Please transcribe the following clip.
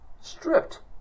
stripped